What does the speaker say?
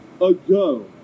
ago